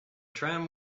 tram